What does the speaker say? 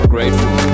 Grateful